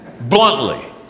bluntly